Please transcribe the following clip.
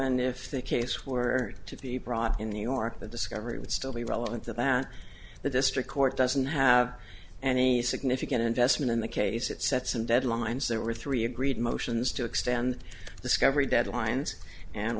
relevant if the case were to be brought in new york the discovery would still be relevant that the district court doesn't have any significant investment in the case it set some deadlines there were three agreed motions to extend the sky every deadlines and